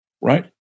right